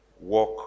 work